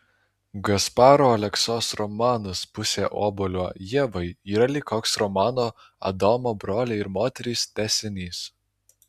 gasparo aleksos romanas pusė obuolio ievai yra lyg koks romano adomo broliai ir moterys tęsinys